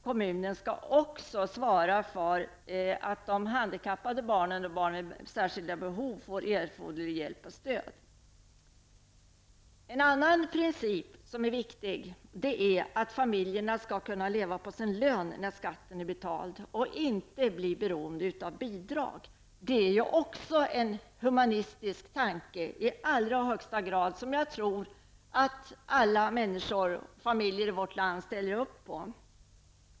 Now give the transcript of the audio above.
Kommunen skall också svara för att handikappade barn och barn med särskilda behov får erforderlig hjälp och stöd. En annan princip som är viktig är att familjerna skall kunna leva på sin lön när skatten är betald och inte bli beroende av bidrag. Det är ju också i allra högsta grad en humanistisk tanke. Den tror jag att alla människor och alla familjer i vårt land ställer upp på.